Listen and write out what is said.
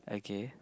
okay